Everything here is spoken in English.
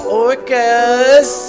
orcas